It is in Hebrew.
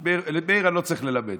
את מאיר אני לא צריך ללמד.